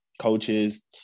coaches